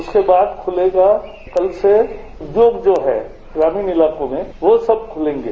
उसके बाद खुलेगा कल से दुख जो है ग्रानीण इलाकों में वो सब खुलेंगे